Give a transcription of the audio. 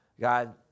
God